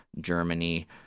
Germany